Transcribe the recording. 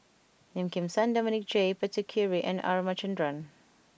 Lim Kim San Dominic J Puthucheary and R Ramachandran